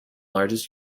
largest